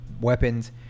weapons